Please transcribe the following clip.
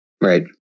Right